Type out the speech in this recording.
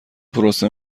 پروسه